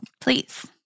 Please